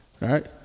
right